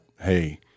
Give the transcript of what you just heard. hey